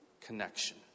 connection